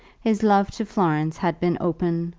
his love to florence had been open,